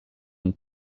une